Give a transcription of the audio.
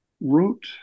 wrote